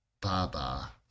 Baba